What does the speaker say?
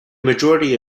majority